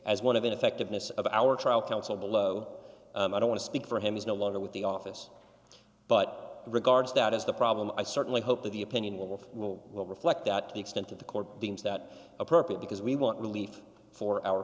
as one of ineffectiveness of our trial counsel below i don't want to speak for him he's no longer with the office but regards that as the problem i certainly hope that the opinion will will will reflect that to the extent of the court deems that appropriate because we want relief for our